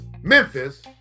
Memphis